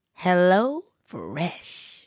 HelloFresh